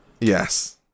Yes